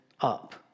up